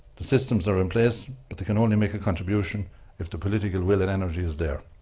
the systems are in place, but they can only make a contribution if the political will and energy is there.